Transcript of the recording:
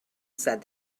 said